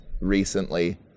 recently